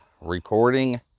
recording